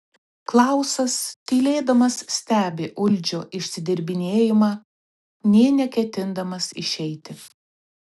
klausas tylėdamas stebi uldžio išsidirbinėjimą nė neketindamas išeiti